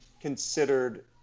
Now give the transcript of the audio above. considered